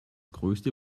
größte